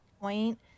point